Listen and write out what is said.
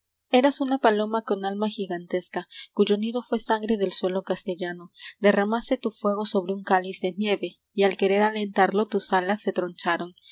ras una paloma con alma gigantesca duyo n fué sangre del suelo castellano erramaste tu fuego sobre un cáliz de nieve a querer alentarlo tus alas se troncharon